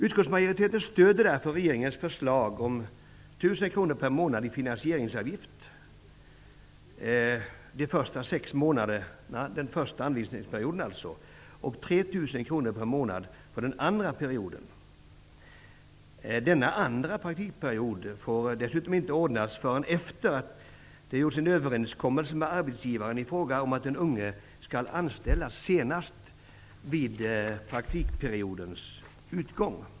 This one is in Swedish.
Utskottsmajoriteten stöder därför regeringens förslag om en finansieringsavgift på 1 000 kr per månad under den första anvisningsperioden på sex månader och 3 000 kr per månad för den andra perioden. Den andra praktikperioden får dessutom inte ordnas förrän efter det att det har gjorts en överenskommelse med arbetsgivaren i fråga om att den unge skall anställas senast vid praktikperiodens utgång.